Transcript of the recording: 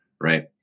Right